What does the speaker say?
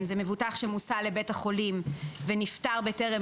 מבוטח שמוסע לבית החולים ונפטר טרם